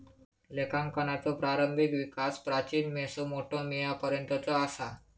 लेखांकनाचो प्रारंभिक विकास प्राचीन मेसोपोटेमियापर्यंतचो असा